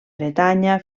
bretanya